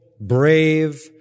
brave